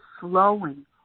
slowing